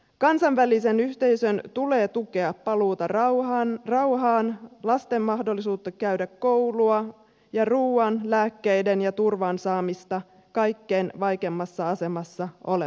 kansainvälisen yhteisön tulee tukea paluuta rauhaan lasten mahdollisuutta käydä koulua ja ruuan lääkkeiden ja turvan saamista kaikkein vaikeimmassa asemassa oleville